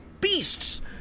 beasts